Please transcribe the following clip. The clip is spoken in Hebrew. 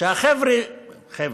החבר'ה,